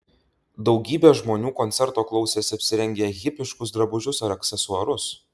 daugybė žmonių koncerto klausėsi apsirengę hipiškus drabužius ar aksesuarus